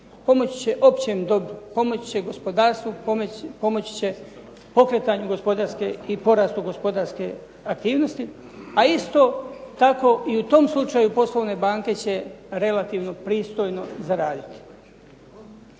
Pomoći će općem dobru, pomoći će gospodarstvu, pomoći će pokretanju i porastu gospodarske aktivnosti, a isto tako i u tom slučaju poslovne banke će relativno pristojno zaraditi.